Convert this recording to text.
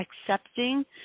accepting